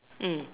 mm